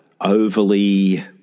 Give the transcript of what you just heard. overly